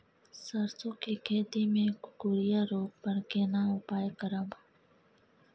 सरसो के खेती मे कुकुरिया रोग पर केना उपाय करब?